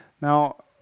Now